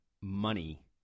money